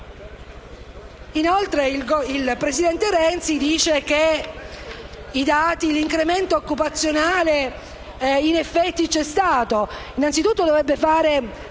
Ancora, il presidente Renzi sostiene, che l'incremento occupazionale in effetti c'è stato.